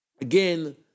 Again